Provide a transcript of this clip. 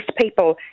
people